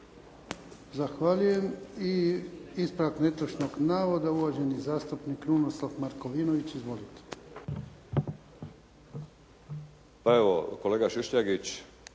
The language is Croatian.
Zahvaljujem. I ispravak netočnog navoda, uvaženi zastupnik Krunoslav Markovinović. Izvolite. **Markovinović,